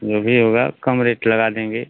जो भी होगा कम रेट लगा देंगे